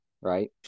right